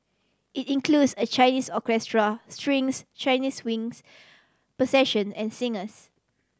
it includes a Chinese orchestra strings Chinese winds percussion and singers